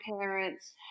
parents